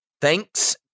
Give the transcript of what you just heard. thanks